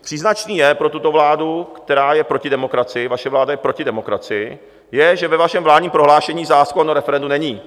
Příznačné je pro tuto vládu, která je proti demokracii vaše vláda je proti demokracii je, že ve vašem vládním prohlášení zákon o referendu není.